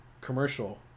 commercial